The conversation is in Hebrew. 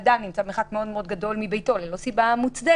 אם אדם נמצא במרחק מאוד גדול מביתו ללא סיבה מוצדקת,